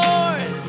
Lord